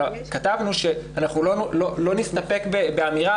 אבל כתבנו שאנחנו לא נסתפק באמירה